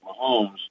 Mahomes